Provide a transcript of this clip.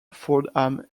fordham